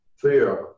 fear